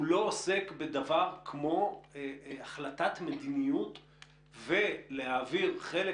הוא לא עוסק בדבר כמו החלטת מדיניות ולהעביר חלק